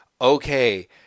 okay